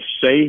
safe